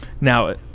now